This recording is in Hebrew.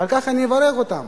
ועל כך אני מברך אותם.